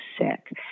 sick